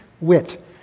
wit